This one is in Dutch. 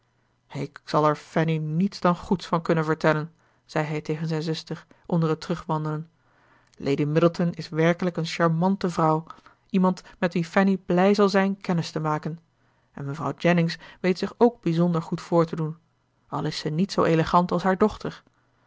ik zal er fanny niets dan goeds van kunnen vertellen zei hij tegen zijn zuster onder het terugwandelen lady middleton is werkelijk een charmante vrouw iemand met wie fanny blij zal zijn kennis te maken en mevrouw jennings weet zich ook bijzonder goed voor te doen al is ze niet zoo elegant als haar dochter